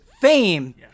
Fame